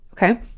Okay